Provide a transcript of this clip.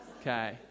Okay